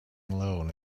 alone